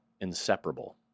inseparable